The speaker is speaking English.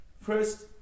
First